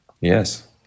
Yes